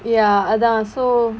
ya அதான்:athaan so